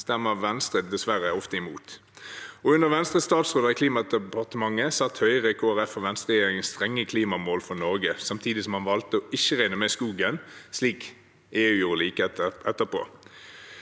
stemmer Venstre dessverre ofte imot. Under Venstres statsråder i Klimadepartementet satte Høyre, Kristelig Folkeparti og Venstre i regjering strenge klimamål for Norge, samtidig som man valgte å ikke regne med skogen, slik EU gjorde like etterpå.